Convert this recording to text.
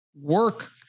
Work